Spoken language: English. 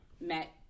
met